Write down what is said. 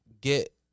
get